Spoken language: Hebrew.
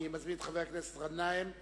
אני מזמין את חבר הכנסת גנאים,